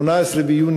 הייתה ב-18 ביוני.